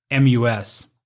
MUS